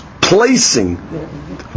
placing